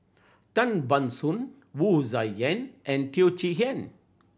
Tan Ban Soon Wu Tsai Yen and Teo Chee Hean